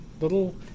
little